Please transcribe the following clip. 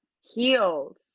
heels